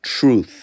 Truth